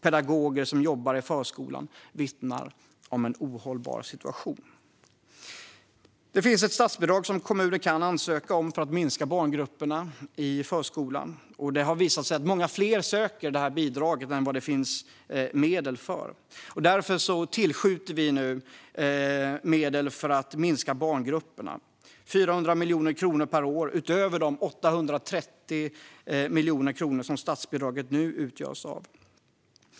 Pedagoger som jobbar i förskolan vittnar om en ohållbar situation. Kommuner kan ansöka om ett statsbidrag för att minska storleken på barngrupperna i förskolan. Det har visat sig att många fler söker detta bidrag än vad det finns medel för. Därför tillskjuter vi 400 miljoner per år till detta, utöver de 830 miljoner kronor som statsbidraget nu utgörs av.